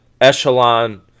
echelon